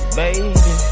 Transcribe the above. baby